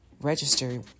register